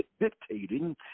dictating